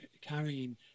carrying